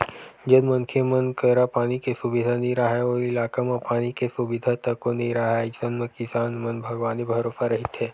जउन मनखे मन करा पानी के सुबिधा नइ राहय ओ इलाका म पानी के सुबिधा तको नइ राहय अइसन म किसान मन भगवाने भरोसा रहिथे